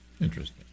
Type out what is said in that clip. Interesting